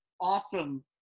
awesome